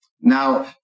Now